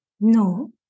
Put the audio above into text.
No